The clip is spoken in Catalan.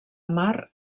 mar